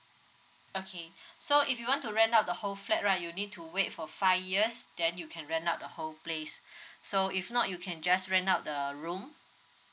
okay so if you want to rent out the whole flat right you need to wait for five years then you can rent out the whole place so if not you can just rent out the room